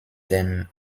dem